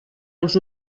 als